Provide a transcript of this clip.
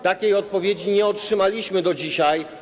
Takiej odpowiedzi nie otrzymaliśmy do dzisiaj.